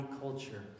culture